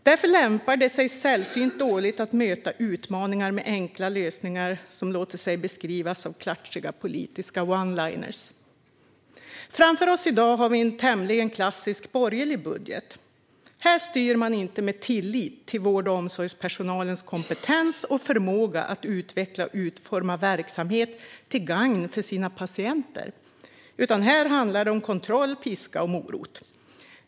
Därför lämpar det sig sällsynt dåligt att möta utmaningar med enkla lösningar som låter sig beskrivas av klatschiga politiska oneliners. Framför oss i dag har vi en tämligen klassisk borgerlig budget. Här styr man inte med tillit till vård och omsorgspersonalens kompetens och förmåga att utveckla och utforma verksamheten till gagn för sina patienter, utan här handlar det om kontroll, piska och morot.